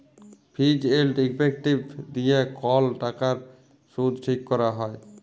ফিজ এল্ড ইফেক্টিভ দিঁয়ে কল টাকার সুদ ঠিক ক্যরা হ্যয়